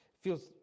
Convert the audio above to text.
feels